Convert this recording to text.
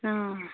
آ